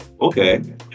Okay